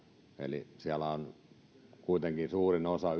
eli siellä kuitenkin suurin osa